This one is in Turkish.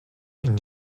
bin